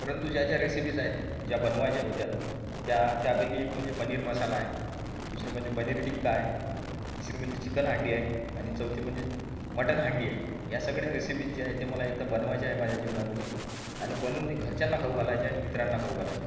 परंतु ज्या ज्या रेसिपीज आहेत ज्या बनवायच्या होत्या त्या त्यापैकी एक म्हणजे पनीर मसाला आहे दुसरं म्हणजे पनीर टिक्का आहे तिसरी म्हणजे चिकन हंडी आहे आणि चौथी म्हणजे मटन हंडी आहे या सगळ्या रेसिपीज ज्या आहे त्या मला एकदा बनवायच्या आहे माझ्या जीवनामध्ये आणि बनवून ते घरच्यांना खाऊ घालायच्या मित्रांना खाऊ घालायच्या आहेत